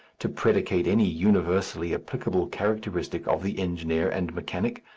to predicate any universally applicable characteristic of the engineer and mechanic.